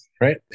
right